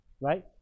right